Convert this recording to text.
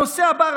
הנושא הבא,